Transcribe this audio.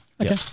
okay